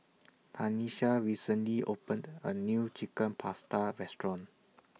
Tanisha recently opened A New Chicken Pasta Restaurant